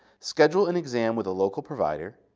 schedule an exam with a local provider,